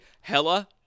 hella